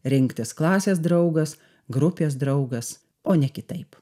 rinktis klasės draugas grupės draugas o ne kitaip